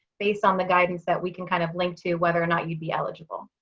based on the guidance that we can kind of link to whether or not you'd be eligible.